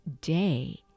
day